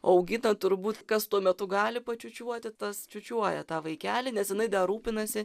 augina turbūt kas tuo metu gali pačiūčiuoti tas čiūčiuoja tą vaikelį nes jinai dar rūpinasi